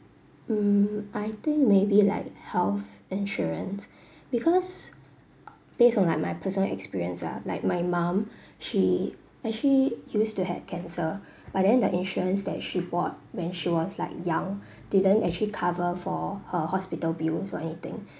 mm I think maybe like health insurance because based on like my personal experience lah like my mum she actually used to have cancer but then the insurance that she bought when she was like young didn't actually cover for her hospital bills or anything